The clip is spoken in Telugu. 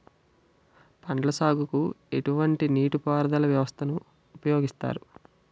పండ్ల సాగుకు ఎటువంటి నీటి పారుదల వ్యవస్థను ఉపయోగిస్తారు?